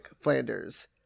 Flanders